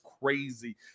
crazy